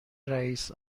رئیس